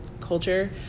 culture